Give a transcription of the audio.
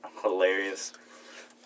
Hilarious